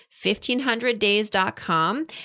1500days.com